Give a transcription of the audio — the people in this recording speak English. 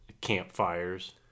campfires